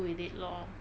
改日期